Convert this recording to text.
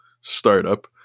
startup